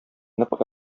нык